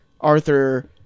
Arthur